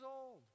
old